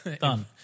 Done